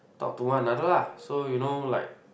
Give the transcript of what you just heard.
talk to one another lah so you know like